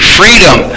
freedom